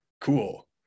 cool